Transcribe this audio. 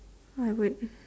I would